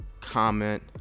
comment